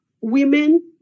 women